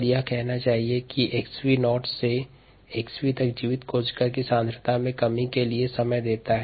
यह 𝑥𝑣 शून्य से 𝑥𝑣 तक जीवित कोशिका की सांद्रता में कमी के लिए समय देता है